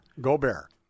Gobert